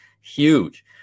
Huge